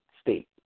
state